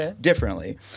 differently